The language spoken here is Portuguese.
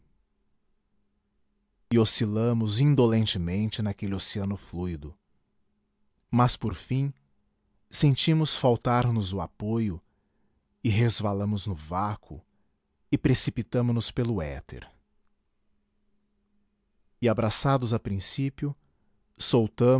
e oscilamos indolentemente naquele oceano fluido mas por fim sentimos faltar nos o apoio e resvalamos no vácuo e precipitamo nos pelo éter e abraçados a princípio